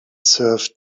serve